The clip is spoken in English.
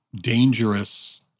dangerous